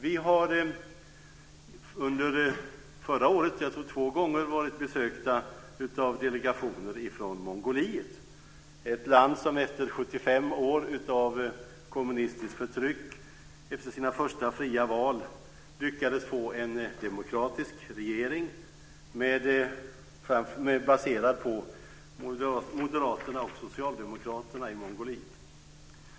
Vi har under förra året, jag tror att det var två gånger, varit besökta av delegationer från Mongoliet. Det är ett land som efter 75 år av kommunistiskt förtryck efter sina första fria val lyckades få en demokratisk regering baserad på Moderaterna och Socialdemokraterna i Mongoliet.